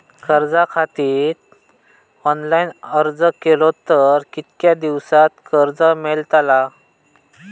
कर्जा खातीत ऑनलाईन अर्ज केलो तर कितक्या दिवसात कर्ज मेलतला?